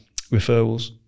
referrals